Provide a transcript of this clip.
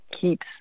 keeps